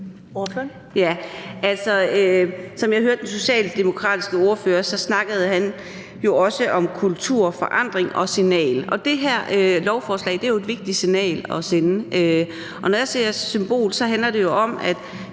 Som jeg hørte den socialdemokratiske ordfører, snakkede han jo også om kultur, forandring og signal. Og det her lovforslag er jo et vigtigt signal at sende. Når jeg taler om symbol, handler det jo bl.a.